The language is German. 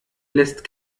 lässt